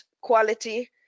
quality